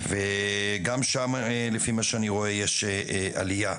וגם שם לפי מה שאני רואה יש עלייה.